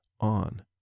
on